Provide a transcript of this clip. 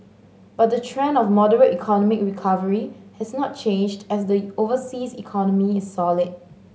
but the trend of moderate economic recovery has not changed as the overseas economy is solid